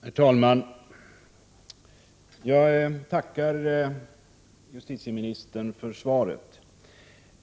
Herr talman! Jag tackar justitieministern för svaret.